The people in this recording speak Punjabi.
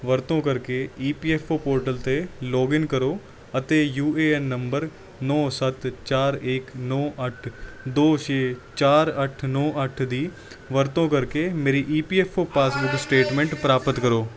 ਵਰਤੋਂ ਕਰਕੇ E P F O portal 'ਤੇ ਲੌਗਇਨ ਕਰੋ ਅਤੇ ਯੂ ਏ ਐਨ ਨੰਬਰ ਨੌਂ ਸੱਤ ਚਾਰ ਇੱਕ ਨੌਂ ਅੱਠ ਦੋ ਛੇ ਚਾਰ ਅੱਠ ਨੌ ਅੱਠ ਦੀ ਵਰਤੋਂ ਕਰਕੇ ਮੇਰੀ E P F O passbook statement ਪ੍ਰਾਪਤ ਕਰੋ